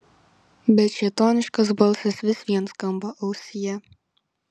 bet šėtoniškas balsas vis vien skamba ausyje